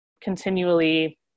continually